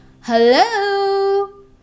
hello